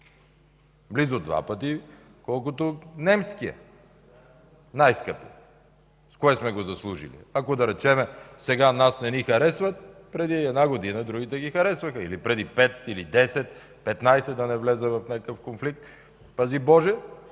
Близо два пъти колкото немския – най-скъпия! С кое сме го заслужили? Ако, да речем, сега нас не ни харесват, преди една година другите ги харесваха, или преди 5, 10, 15, да не вляза в някакъв конфликт, пази Боже.